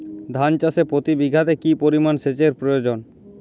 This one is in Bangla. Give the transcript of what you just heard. ধান চাষে প্রতি বিঘাতে কি পরিমান সেচের প্রয়োজন?